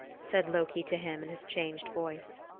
said loki to him in his changed voice.